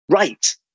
Right